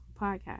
Podcast